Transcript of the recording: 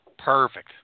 Perfect